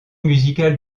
musical